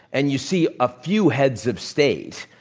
and you see a few heads of state.